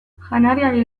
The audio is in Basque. janariari